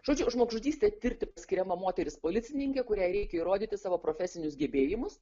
žodžiu žmogžudystę tirti skiriama moteris policininkė kuriai reikia įrodyti savo profesinius gebėjimus